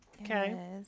Okay